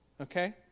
Okay